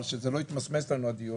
אבל כדי שלא יתמסמס לנו הדיון,